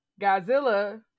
Godzilla